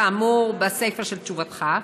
כאמור בסייפה של התשובה?